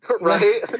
Right